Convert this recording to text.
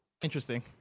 Interesting